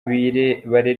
barera